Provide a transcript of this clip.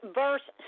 verse